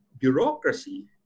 bureaucracy